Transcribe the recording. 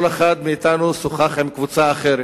כל אחד מאתנו שוחח עם קבוצה אחרת.